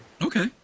Okay